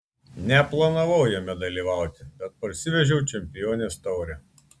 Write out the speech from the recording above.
neplanavau jame dalyvauti bet parsivežiau čempionės taurę